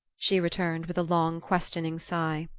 she returned with a long questioning sigh.